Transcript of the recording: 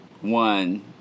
one